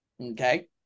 Okay